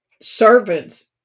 servants